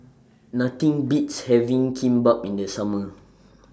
Nothing Beats having Kimbap in The Summer